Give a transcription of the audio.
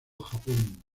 japón